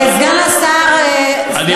סגן השר, סגן שר החינוך.